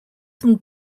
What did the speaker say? some